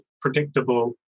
predictable